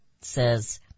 says